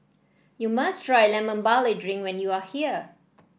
you must try Lemon Barley Drink when you are here